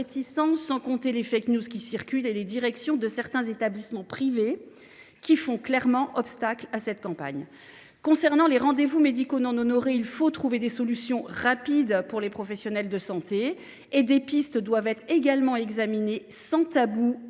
sans compter les qui circulent et l’attitude de la direction de certains établissements privés qui font clairement obstacle à cette campagne. Concernant les rendez vous médicaux non honorés, il faut trouver des solutions rapides pour les professionnels de santé. Des pistes doivent également être examinées, sans tabou